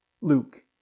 Luke